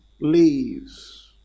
leaves